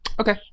Okay